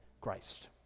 Christ